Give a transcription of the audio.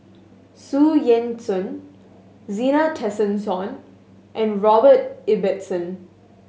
Xu Yuan Zhen Zena Tessensohn and Robert Ibbetson